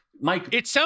Mike